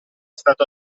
stato